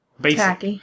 basic